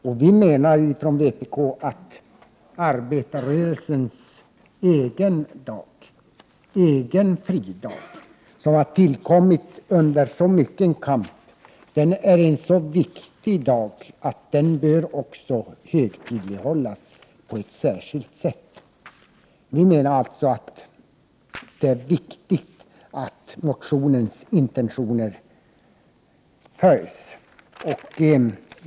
Vi i vpk menar att arbetarrörelsens egen fridag, som har tillkommit under så mycken kamp, är en så viktig dag att den också bör högtidlighållas på ett särskilt sätt. Vi menar alltså att det är viktigt att motionens intentioner följs.